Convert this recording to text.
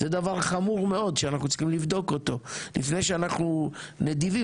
זה דבר חמור מאוד שאנחנו צריכים לבדוק אותו לפני שאנחנו נדיבים.